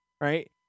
right